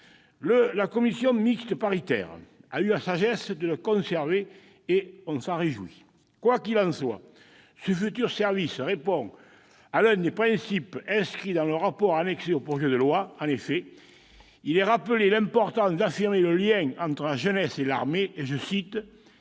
La commission mixte paritaire a eu la sagesse de la conserver, et nous nous en réjouissons. Quoi qu'il en soit, ce futur service répond à l'un des principes inscrits dans le rapport annexé au projet de loi. En effet, il y est rappelé l'importance d'affirmer le lien entre la jeunesse et l'armée, puisqu'«